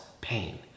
pain